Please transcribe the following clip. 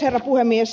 herra puhemies